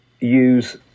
use